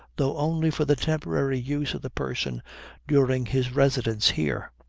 though only for the temporary use of the person during his residence here.